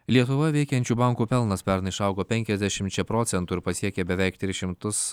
lietuvoje veikiančių bankų pelnas pernai išaugo penkiasdešimčia procentų ir pasiekė beveik tris šimtus